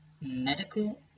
medical